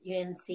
UNC